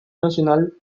nacional